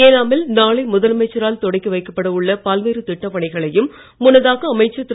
ரனாமில் நாளை முதலமைச்சரால் தொடக்கி வைக்கப்பட உள்ள பல்வேறு திட்டப் பணிகளையும் முன்னதாக அமைச்சர் திரு